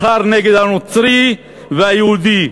מחר נגד הנוצרי והיהודי,